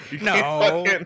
No